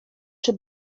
czy